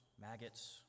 maggots